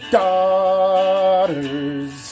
daughters